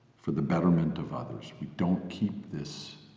for the betterment of others. we don't keep this